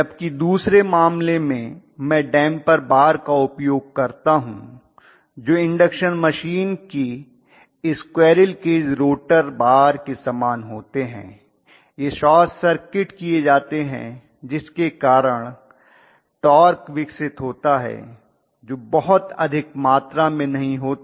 जबकि दूसरे मामले में मैं डैम्पर बार का उपयोग करता हूं जो इंडक्शन मशीन के स्क्विरल केज रोटर बार के समान होते हैं यह शॉर्ट सर्किट किये जाते हैं जिसके कारण टॉर्क विकसित होता है जो बहुत अधिक मात्रा में नहीं होता